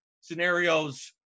scenarios